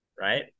right